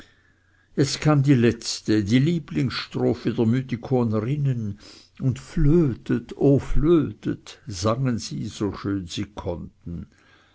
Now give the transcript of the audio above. jetzt kam die letzte die lieblingsstrophe der mythikonerinnen und flötet o flötet sangen sie so schön sie konnten